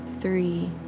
three